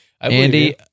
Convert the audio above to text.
Andy